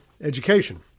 education